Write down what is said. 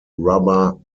rubber